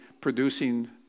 producing